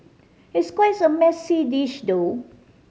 it's quite a messy dish though